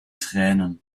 tränen